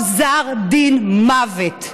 גזר דין מוות.